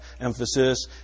emphasis